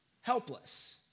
helpless